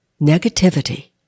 Negativity